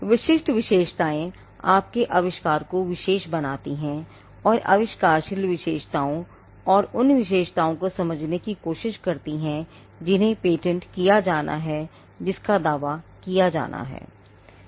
विशिष्ट विशेषताएं आपके आविष्कार को विशेष बनाती हैं और आविष्कारशील विशेषताओं और उन विशेषताओं को समझाने की कोशिश करती हैं जिन्हें पेटेंट किया जाना है जिसका दावा किया जाना है